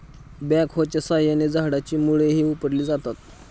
बॅकहोच्या साहाय्याने झाडाची मुळंही उपटली जातात